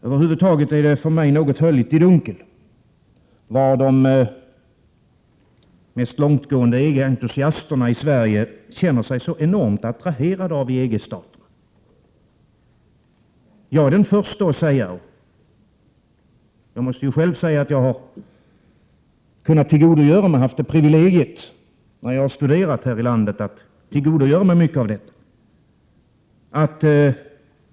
Över huvud taget är det för mig höljt i dunkel vad det är de mest långtgående EG-entusiasterna i Sverige känner sig så enormt attraherade av i EG-länderna. Jag har haft privilegiet att kunna tillgodogöra mig studier i detta land.